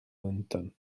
lundain